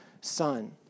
son